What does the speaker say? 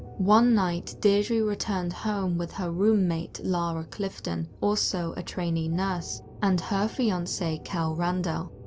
one night deidre returned home with her roommate lara clifton, also a trainee nurse, and her fiance cal randell.